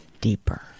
deeper